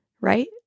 right